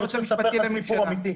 לממשלה --- אני רוצה לספר לך סיפור אמיתי.